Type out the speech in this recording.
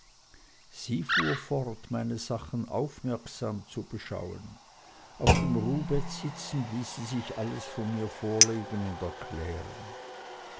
sie fuhr fort meine sachen aufmerksam zu beschauen auf dem ruhbett sitzend ließ sie sich alles von mir vorlegen und erklären